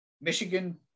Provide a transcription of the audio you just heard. Michigan